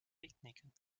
picknicken